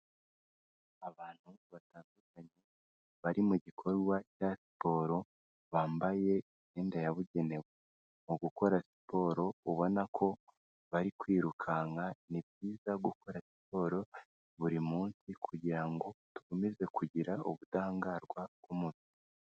Abantu batandukanye bari mu gikorwa cya siporo bambaye imyenda yabugenewe mu gukora siporo, ubona ko bari kwirukanka ni byiza gukora siporo buri munsi kugira ngo dukomeze kugira ubudahangarwa bw'umubiri.